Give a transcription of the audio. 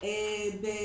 לא קיבלו את אותו תקצוב.